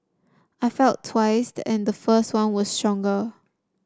I felt twice and the first one was stronger